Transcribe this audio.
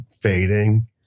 fading